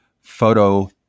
photo